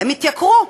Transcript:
הם התייקרו.